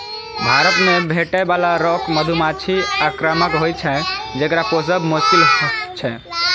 भारत मे भेटै बला रॉक मधुमाछी आक्रामक होइ छै, जेकरा पोसब मोश्किल छै